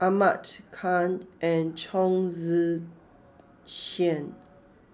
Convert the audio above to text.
Ahmad Khan and Chong Tze Chien